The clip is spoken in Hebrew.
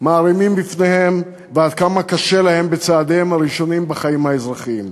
מערימים בפניהם ועד כמה קשה להם בצעדיהם הראשונים בחיים האזרחיים.